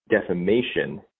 defamation